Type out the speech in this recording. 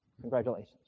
Congratulations